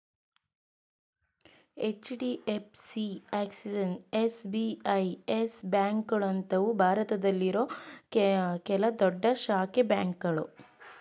HDFC, Axis, SBI, Yes ಬ್ಯಾಂಕ್ಗಳಂತವು ಭಾರತದಲ್ಲಿರೋ ಕೆಲ ದೊಡ್ಡ ಖಾಸಗಿ ಬ್ಯಾಂಕುಗಳು